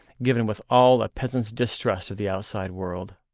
given with all a peasant's distrust of the outside world.